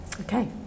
Okay